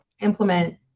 implement